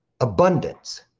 abundance